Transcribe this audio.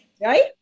right